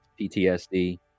PTSD